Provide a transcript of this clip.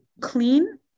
clean